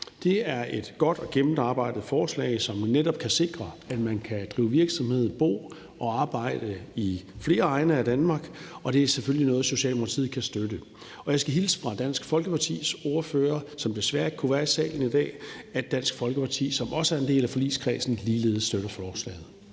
Det er et godt og gennemarbejdet forslag, som netop kan sikre, at man kan drive virksomhed, bo og arbejde i flere egne af Danmark, og det er selvfølgelig noget, Socialdemokratiet kan støtte. Og jeg skal hilse fra Dansk Folkepartis ordfører, som desværre ikke kunne være i salen i dag, og sige, at Dansk Folkeparti, som også er en del af forligskredsen, ligeledes støtter forslaget.